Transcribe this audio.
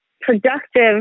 productive